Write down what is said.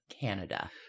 Canada